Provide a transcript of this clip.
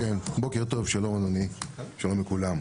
בוקר טוב, שלום אדוני, שלום לכולם,